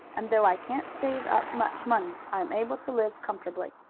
and though i can't save up much money, i am able to live comfortably.